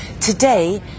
Today